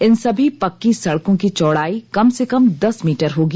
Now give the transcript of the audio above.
इन सभी पक्की सड़कों की चौड़ाई कम से कम दस मीटर होगी